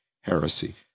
heresy